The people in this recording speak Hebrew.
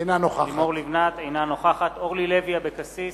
אינה נוכחת אורלי לוי אבקסיס,